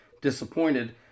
disappointed